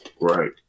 Right